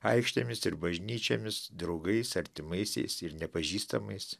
aikštėmis ir bažnyčiomis draugais artimaisiais ir nepažįstamais